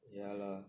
ya lah